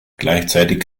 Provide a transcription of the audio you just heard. gleichzeitig